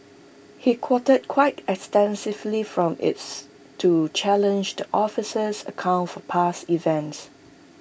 he quoted quite extensively from its to challenge the officer's account for past events